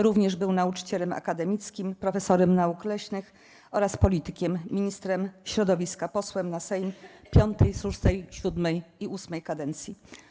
Również był nauczycielem akademickim, profesorem nauk leśnych oraz politykiem, ministrem środowiska, posłem na Sejm V, VI, VII i VIII kadencji.